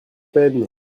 peine